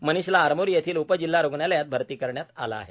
मनिषला आरमोरी येथील उपजिल्हा रुग्णालयात भरती करण्यात आले आहे